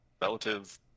relative